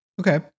Okay